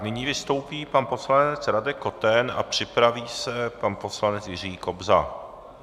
Nyní vystoupí pan poslanec Radek Koten a připraví se pan poslanec Jiří Kobza.